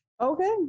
okay